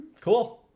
cool